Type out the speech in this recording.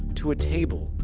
to a table,